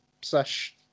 slash